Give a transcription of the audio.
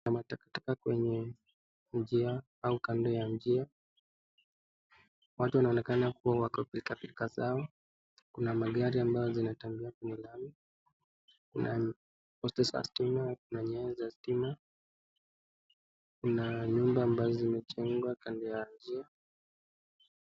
Kuna matakataka kwenye njia au kando ya njia watu wanaoeneka kuwa wako pilka pilka zao kuna magari ambayo zinatembea kwenye lami kuna posti za stima, kuna nyayo za stima, kuna nyumba ambazo zimejengwa kando ya njia.